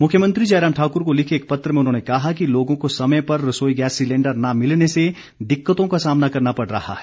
मुख्यमंत्री जयराम ठाकुर को लिखे एक पत्र में उन्होंने कहा कि लोगों को समय पर रसोई गैस सिलेंडर न मिलने से दिक्कतों का सामना करना पड़ रहा है